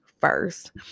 first